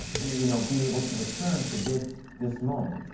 you know, be able to return to this this moment.